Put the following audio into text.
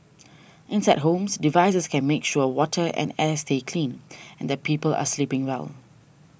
inside homes devices can make sure water and air stay clean and that people are sleeping well